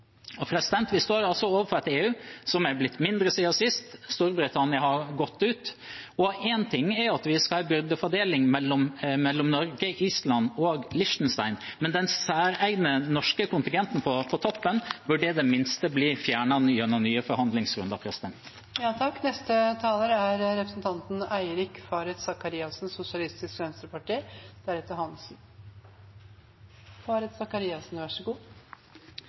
Vi står altså overfor et EU som er blitt mindre siden sist. Storbritannia har gått ut. Én ting er at vi skal ha en byrdefordeling mellom Norge, Island og Liechtenstein, men den særegne norske kontingenten på toppen burde i det minste bli fjernet gjennom nye forhandlingsrunder.